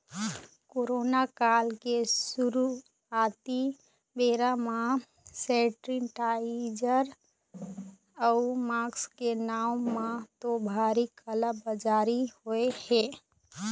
corona काल के शुरुआती बेरा म सेनीटाइजर अउ मास्क के नांव म तो भारी काला बजारी होय हे